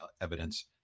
evidence